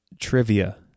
trivia